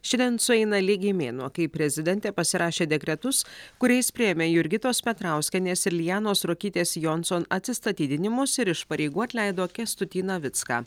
šiandien sueina lygiai mėnuo kai prezidentė pasirašė dekretus kuriais priėmė jurgitos petrauskienės ir lianos ruokytės jonson atsistatydinimus ir iš pareigų atleido kęstutį navicką